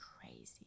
crazy